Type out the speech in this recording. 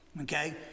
okay